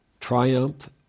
triumph